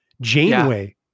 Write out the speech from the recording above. Janeway